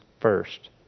first